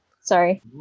Sorry